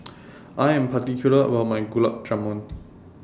I Am particular about My Gulab Jamun